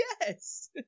Yes